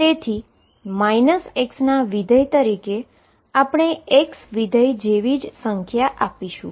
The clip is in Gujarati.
તેથી x ના ફંક્શન તરીકે આપણે x ફંક્શન જેવી જ સંખ્યા આપીશું